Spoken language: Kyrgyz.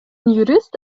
юрист